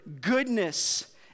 goodness